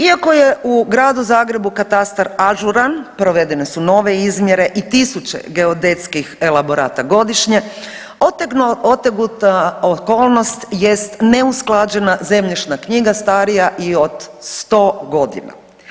Iako je u Gradu Zagrebu katastar ažuran, provedene su nove izmjere i tisuće geodetskih elaborata godišnje, otegotna okolnost je neusklađena zemljišna knjiga starija i od 100 godina.